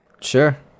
Sure